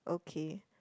okay